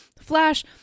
Flash